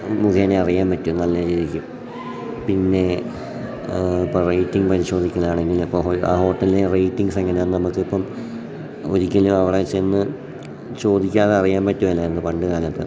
മുഖേന അറിയാൻ പറ്റും നല്ല രീതിക്ക് പിന്നെ ഇപ്പം റേറ്റിംഗ് പരിശോധിക്കുന്നതാണെങ്കിൽ എപ്പോൾ ഹൊൽ ആ ഹോട്ടലിലെ റേറ്റിംഗ്സെങ്ങനെയാണ് നമുക്കിപ്പം ഒരിക്കലും അവിടെ ചെന്ന് ചോദിക്കാതെ അറിയാൻ പറ്റുകയില്ലായിരുന്നു പണ്ട് കാലത്ത്